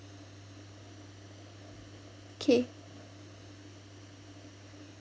K